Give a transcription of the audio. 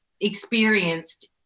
experienced